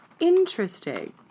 interesting